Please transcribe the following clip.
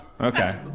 Okay